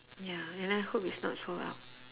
ya and I hope it's not sold out